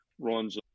runs